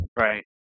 Right